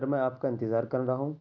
سر میں آپ کا انتظار کر رہا ہوں